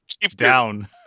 Down